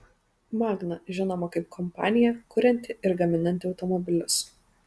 magna žinoma kaip kompanija kurianti ir gaminanti automobilius